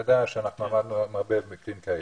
אתה יודע שאנחנו עמדנו על הרבה מקרים כאלה.